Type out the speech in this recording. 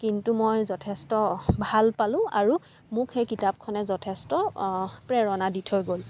কিন্তু মই যথেষ্ট ভাল পালোঁ আৰু মোক সেই কিতাপখনে যথেষ্ট প্ৰেৰণা দি থৈ গ'ল